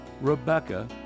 rebecca